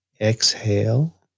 exhale